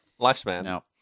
lifespan